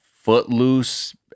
Footloose